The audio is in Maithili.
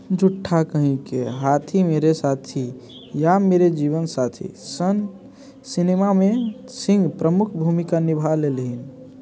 झूठा कहीं के हाथी मेरे साथी या मेरे जीवन साथी सन सिनेमामे सिँह प्रमुख भूमिका निभा लेलनि